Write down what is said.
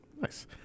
Nice